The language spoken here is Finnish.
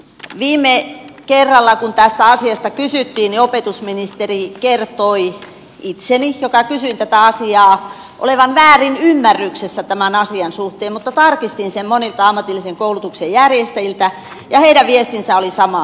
viime kerralla kun tästä asiasta kysyttiin opetusministeri kertoi itseni joka kysyin tätä asiaa olevan väärinymmärryksessä tämän asian suhteen mutta tarkistin sen monilta ammatillisen koulutuksen järjestäjiltä ja heidän viestinsä oli sama